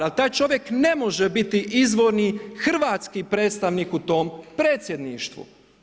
Ali taj čovjek ne može biti izvorni hrvatski predstavnik u tom predsjedništvu.